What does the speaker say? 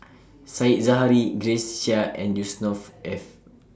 Said Zahari Grace Chia and Yusnor Ef